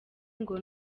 ngo